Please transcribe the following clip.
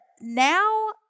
now